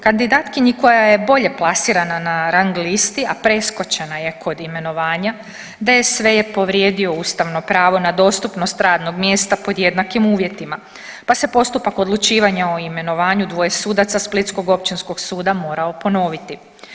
Kandidatkinji koja je bolje plasirana na rang listi, a preskočena je kod imenovanja DSV je povrijedio ustavno pravo na dostupnost radnog mjesta pod jednakim uvjetima, pa se postupak odlučivanja o imenovanju dvoje sudaca Splitskog općinskog suda mora ponoviti.